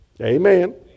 Amen